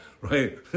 right